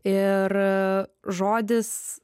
ir žodis